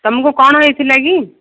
ତୁମକୁ କ'ଣ ହେଇଥିଲା କି